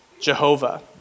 Jehovah